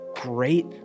great